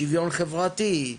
שוויון חברתי,